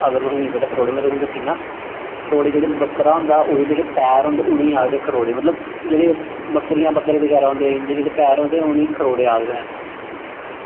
अगर तुसेंगी नेईं पता खरोड़े में तुसेंगी दस्सी ओड़ना खरोड़े जेह्ड़ा बक्करा होंदा ओह्दे जेह्ड़े पैर होंदे उ'नेंगी आखदे खरोड़े मतलब जेह्ड़े बक्करियां बक्करे बगैरा होंदे इंदे जेह्ड़े पैर होंदे उ'नेंगी खरोड़े आखदे न